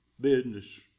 business